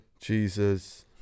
Jesus